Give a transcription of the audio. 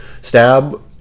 stab